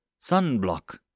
Sunblock